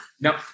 no